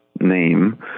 name